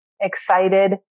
excited